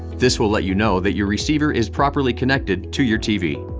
this will let you know that your receiver is properly connected to your tv.